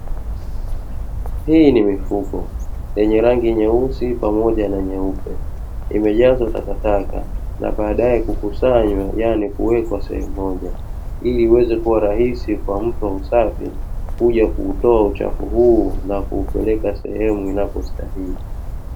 Hii ni mifuko yenye nyeusi pamoja na nyeupe imejazwa takataka, na badae kukusanywa yaani kuwekwa sehemu moja ili iweze kuwa rahisi kwa mtu wa usafi kujakuutoa uchafu huu na kuupeleka seheu inapostahili.